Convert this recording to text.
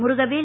Murugavel